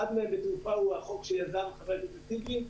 אחד מהם בתעופה הוא החוק שיזם חבר הכנסת טיבי.